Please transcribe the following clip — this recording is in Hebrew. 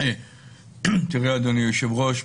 אדוני היושב-ראש,